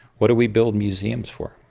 what do we build museums for?